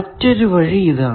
മറ്റൊരു വഴി ഇതാണ്